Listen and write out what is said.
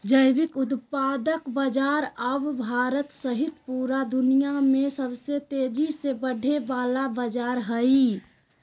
जैविक उत्पाद बाजार अब भारत सहित पूरा दुनिया में सबसे तेजी से बढ़े वला बाजार हइ